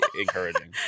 encouraging